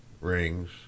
rings—